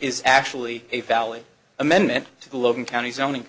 is actually a valley amendment to the logan county zoning